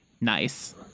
nice